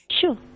Sure